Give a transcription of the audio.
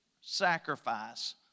sacrifice